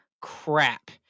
crap